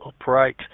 upright